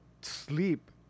sleep